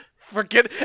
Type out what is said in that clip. Forget